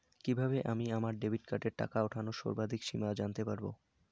কিভাবে আমি আমার ডেবিট কার্ডের টাকা ওঠানোর সর্বাধিক সীমা জানতে পারব?